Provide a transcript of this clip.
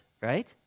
right